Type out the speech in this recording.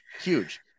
huge